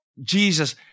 Jesus